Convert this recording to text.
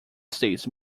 states